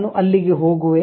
ನಾನು ಅಲ್ಲಿಗೆ ಹೋಗುವೆ